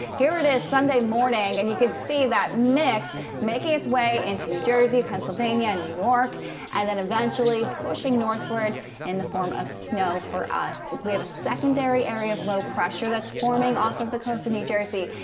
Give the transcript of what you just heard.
here it is sunday morning. and you can see that mix making its way into new jersey, pennsylvania and new york and then eventually pushing northward in and the form of snow for us. we have a secondary area of low pressure that's forming off of the coast of new jersey,